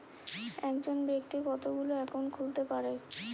একজন ব্যাক্তি কতগুলো অ্যাকাউন্ট খুলতে পারে?